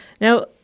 Now